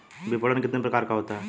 विपणन कितने प्रकार का होता है?